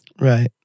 Right